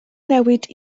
newid